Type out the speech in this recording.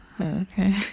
okay